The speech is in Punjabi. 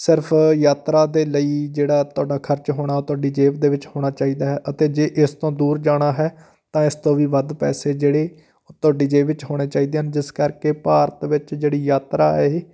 ਸਿਰਫ ਯਾਤਰਾ ਦੇ ਲਈ ਜਿਹੜਾ ਤੁਹਾਡਾ ਖਰਚ ਹੋਣਾ ਉਹ ਤੁਹਾਡੀ ਜੇਬ ਦੇ ਵਿੱਚ ਹੋਣਾ ਚਾਹੀਦਾ ਹੈ ਅਤੇ ਜੇ ਇਸ ਤੋਂ ਦੂਰ ਜਾਣਾ ਹੈ ਤਾਂ ਇਸ ਤੋਂ ਵੀ ਵੱਧ ਪੈਸੇ ਜਿਹੜੇ ਉਹ ਤੁਹਾਡੀ ਜੇਬ ਵਿੱਚ ਹੋਣੇ ਚਾਹੀਦੇ ਹਨ ਜਿਸ ਕਰਕੇ ਭਾਰਤ ਵਿੱਚ ਜਿਹੜੀ ਯਾਤਰਾ ਇਹ